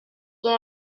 dans